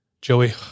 Joey